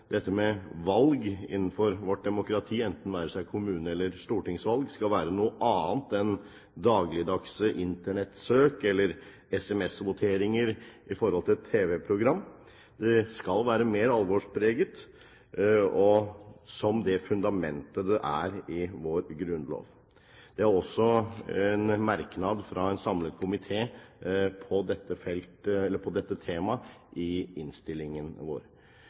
dette med valg i vårt demokrati, det være seg kommune- eller stortingsvalg, skal være noe annet enn dagligdagse internettsøk eller sms-voteringer i forbindelse med TV-programmer. Det skal være mer alvorspreget, som det fundamentet det er i vår grunnlov. Det er også en merknad fra en samlet komité om dette temaet i innstillingen vår. Med dette